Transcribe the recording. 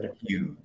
huge